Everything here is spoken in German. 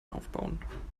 aufbauen